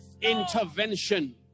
intervention